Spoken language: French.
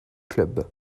club